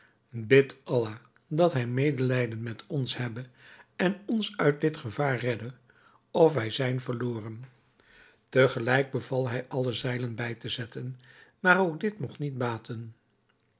bidt allah dat hij medelijden met ons hebbe en ons uit dit gevaar redde of wij zijn verloren te gelijk beval hij alle zeilen bij te zetten maar ook dit mogt niet baten